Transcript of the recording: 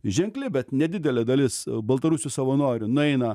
ženkli bet nedidelė dalis baltarusių savanorių nueina